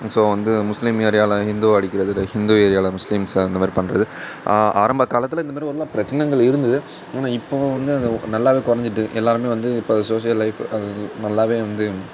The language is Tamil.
ஸோ வந்து முஸ்லீம் ஏரியாவில் ஹிந்துவை அடிக்கிறது இல்லை ஹிந்து ஏரியாவில் முஸ்லீம்ஸை அந்தமாதிரி பண்ணுறது ஆரம்ப காலத்தில் இந்தமாதிரி எல்லாம் பிரச்சினைகள் இருந்தது ஆனால் இப்போது வந்து அது நல்லாவே கொறஞ்சுட்டு எல்லோருமே வந்து இப்போ சோசியல் லைஃப் அது இது நல்லாவே வந்து